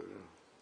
אתה יודע?